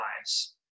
lives